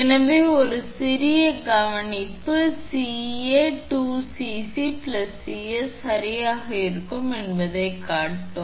எனவே ஒரு சிறிய கவனிப்பு 𝐶𝑎 2𝐶𝑐 𝐶𝑠 சரியாக இருக்கும் என்பதைக் காட்டும்